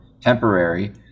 temporary